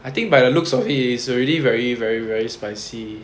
I think by the looks of it is already very very very spicy